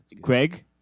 Greg